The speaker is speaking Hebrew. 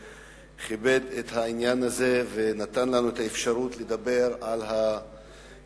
שכיבד את העניין הזה ונתן לנו את האפשרות לדבר על יום